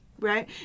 Right